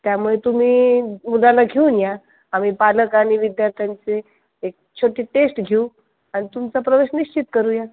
त्यामुळे तुम्ही उद्याला घेऊन या आम्ही पालक आणि विद्यार्थ्यांचे एक छोटी टेस्ट घेऊ आणि तुमचा प्रवेश निश्चित करूया